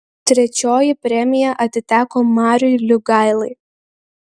trečioji premija atiteko mariui liugailai